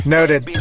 Noted